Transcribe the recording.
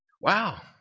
Wow